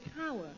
power